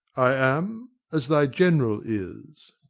i am as thy general is.